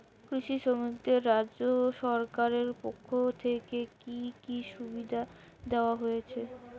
কৃষি শ্রমিকদের রাজ্য সরকারের পক্ষ থেকে কি কি সুবিধা দেওয়া হয়েছে?